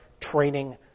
training